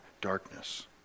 darkness